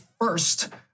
first